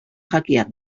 jakiak